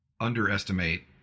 underestimate